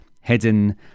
hidden